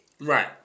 Right